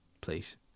Please